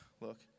look